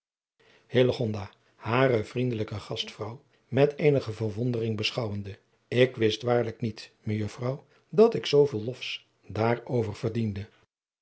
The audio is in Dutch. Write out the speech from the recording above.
hare vriendelijke gastvrouw met eenige verwondering beschouwende ik wist waarlijk niet mejuffrouw dat ik zooveel lofs daarover verdiende